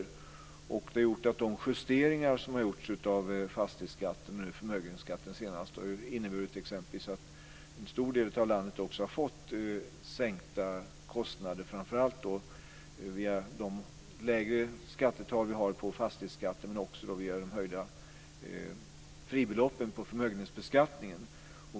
Detta har lett till att de justeringar som har gjorts av fastighetsskatten eller senare av förmögenhetsskatten exempelvis har inneburit att en stor del av landet har fått sänkta kostnader, framför allt via de lägre skattetal som vi har på fastighetsskatten men också via de höjda fribeloppen i förmögenhetsbeskattningen.